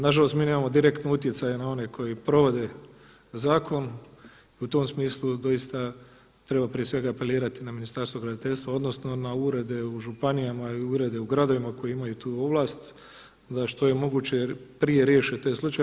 Nažalost mi nemamo direktno utjecaja na one koji provode zakon i u tom smislu doista treba prije svega apelirati na Ministarstvo graditeljstva odnosno na urede u županijama i urede u gradovima koji imaju tu ovlast da što je moguće prije riješe te slučajeve.